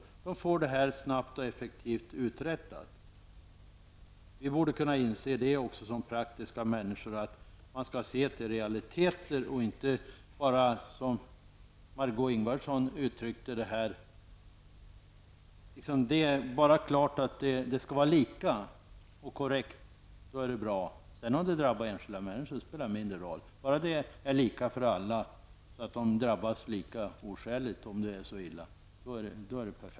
De får detta snabbt och effektivt uträttat. Som praktiska människor borde vi också kunna inse att man skall se till realiteten och inte bara föra ett sådant resonemang som Margó Ingvardsson gjorde här. Det tycks vara bra bara det är lika och korrekt, om det sedan drabbar enskilda människor spelar mindre roll. Det viktiga är tydligen att det är lika för alla så att alla drabbas lika oskäligt, om det är så illa.